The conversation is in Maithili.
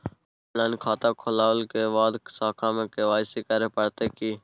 ऑनलाइन खाता खोलै के बाद शाखा में के.वाई.सी करे परतै की?